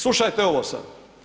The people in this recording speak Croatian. Slušajte ovo sad.